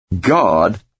God